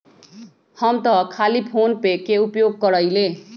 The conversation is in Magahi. हम तऽ खाली फोनेपे के उपयोग करइले